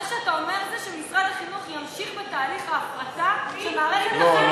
מה שאתה אומר זה שמשרד החינוך ימשיך בתהליך ההפרטה של מערכת החינוך.